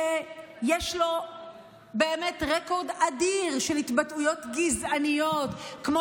שיש לו באמת רקורד אדיר של התבטאויות גזעניות כמו